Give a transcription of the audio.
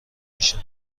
میشه